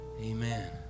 amen